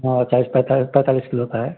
और चालीस पैता पैतालीस किलो का है